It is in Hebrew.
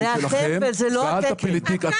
כל אחד נסער, כל אחד